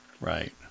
Right